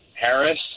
Harris